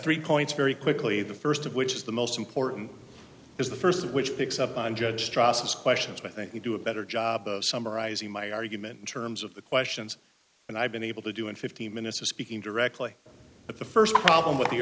three points very quickly the first of which is the most important is the first which picks up on judge process questions i think you do a better job of summarizing my argument in terms of the questions and i've been able to do in fifteen minutes of speaking directly but the first problem with the